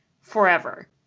forever